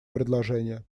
предложение